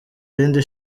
irindi